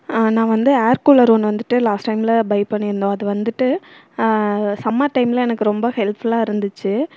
நான் வந்து air cooler ஒன்று வந்துட்டு லாஸ்ட் டைமில் பை பண்ணிருந்தேன் அது வந்துட்டு சம்மர் டைமில் எனக்கு ரொம்ப ஹெல்ப் ஃபுல்லாக இருந்துச்சு